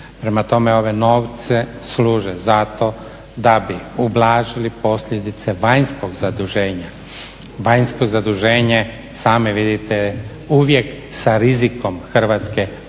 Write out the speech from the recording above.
Prema tome, ovi novci služe za to da bi ublažili posljedice vanjskog zaduženja. Vanjsko zaduženje sami vidite uvijek sa rizikom Hrvatske, uvijek